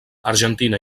argentina